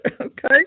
Okay